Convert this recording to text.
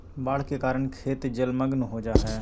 बाढ़ के कारण खेत जलमग्न हो जा हइ